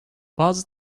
bazı